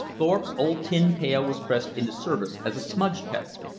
thorpe's old tin pail was pressed into service as a smudge-kettle.